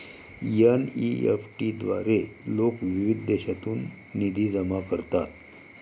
NEFT द्वारे लोक विविध देशांतून निधी जमा करतात